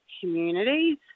communities